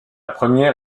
première